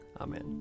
amen